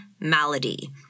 Malady